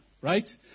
right